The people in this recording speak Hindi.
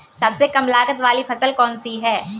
सबसे कम लागत वाली फसल कौन सी है?